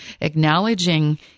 acknowledging